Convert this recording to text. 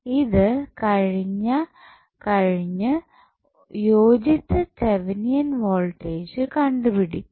ഇത് കഴിഞ്ഞു യോജിച്ച തെവനിയൻ വോൾടേജ് കണ്ടുപിടിക്കും